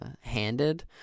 handed